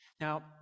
Now